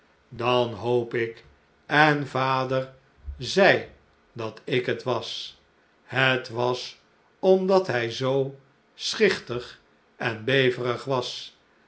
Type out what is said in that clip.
dat hoop ik en vader zeide dat ik het was het was omdat hij zoo schichtig en beverig was